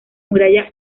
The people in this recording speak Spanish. muralla